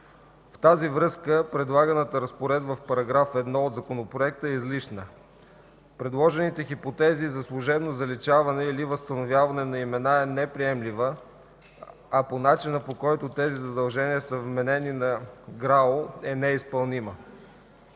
В тази връзка, предлаганата разпоредба в § 1 от Законопроекта е излишна. Предложените хипотези за служебно заличаване или възстановяване на имена е неприемлива, а начинът по който тези задължения са вменени на ГД „ГРАО”, е неизпълним.